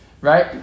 right